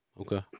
okay